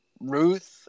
Ruth